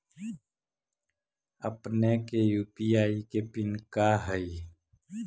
अपने के यू.पी.आई के पिन का हई